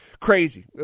crazy